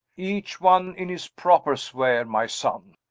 each one in his proper sphere, my son!